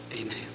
Amen